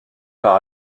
par